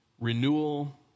renewal